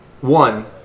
one